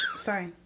sorry